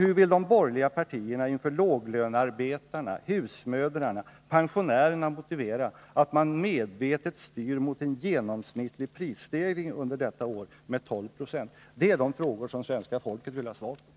Hur vill de borgerliga partierna inför låglönearbetarna, husmödrarna och pensionärerna motivera att man medvetet styr mot en genomsnittlig prisstegring under detta år med 12 96? Det är de frågor som det svenska folket vill ha svar på.